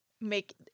make